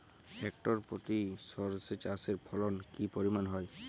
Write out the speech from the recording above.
Hectare প্রতি সর্ষে চাষের ফলন কি পরিমাণ হয়?